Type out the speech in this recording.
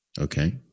Okay